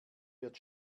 wird